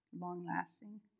long-lasting